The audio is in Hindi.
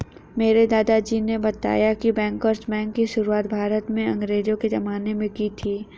मेरे दादाजी ने बताया की बैंकर्स बैंक की शुरुआत भारत में अंग्रेज़ो के ज़माने में की थी